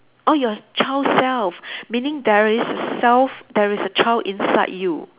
oh your child self meaning there is a self there is a child inside you